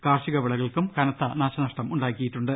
കാർഷിക വിളകൾക്കും കനത്ത നാശമുണ്ടാക്കിയിട്ടുണ്ട്